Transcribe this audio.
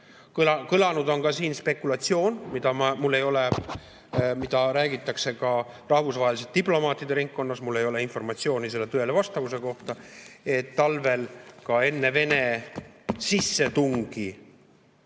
Kõlanud on spekulatsioon, mida räägitakse ka rahvusvaheliselt diplomaatide ringkonnas – mul ei ole informatsiooni selle tõele vastavuse kohta –, et talvel, ka enne Vene sissetungi